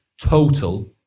total